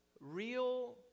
real